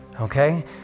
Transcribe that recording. Okay